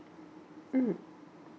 mm